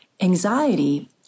Anxiety